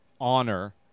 honor